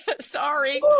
Sorry